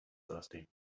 thirsty